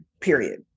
period